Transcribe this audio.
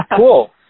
cool